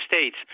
States